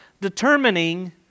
determining